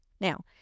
Now